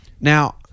Now